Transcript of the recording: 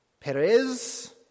Perez